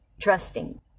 Trusting